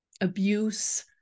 abuse